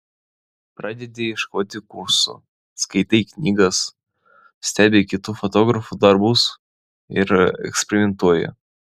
pradedi ieškoti kursų skaitai knygas stebi kitų fotografų darbus ir eksperimentuoji